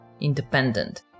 independent